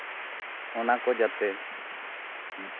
ᱚᱱᱟ ᱠᱚ ᱡᱟᱛᱮ